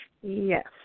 yes